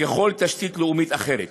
ככל תשתית לאומית אחרת,